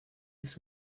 its